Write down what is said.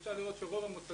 אפשר לראות שהחלק